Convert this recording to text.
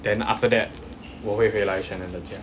then after that 我会回来 shannon 的家